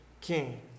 king